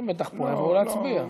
הם בטח פה, יבואו להצביע.